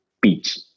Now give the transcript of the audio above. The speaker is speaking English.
beach